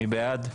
מי בעד?